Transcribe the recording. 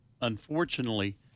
Unfortunately